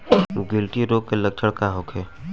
गिल्टी रोग के लक्षण का होखे?